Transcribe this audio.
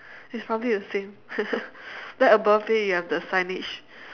it's probably the same then above it you have the signage